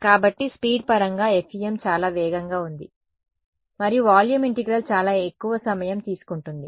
కాబట్టి స్పీడ్ పరంగా FEM చాలా వేగంగా ఉంది మరియు వాల్యూమ్ ఇంటిగ్రల్ చాలా ఎక్కువ సమయం తీసుకుంటుంది